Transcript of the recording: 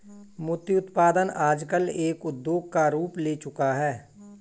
मोती उत्पादन आजकल एक उद्योग का रूप ले चूका है